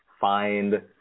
find